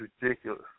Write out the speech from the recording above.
ridiculous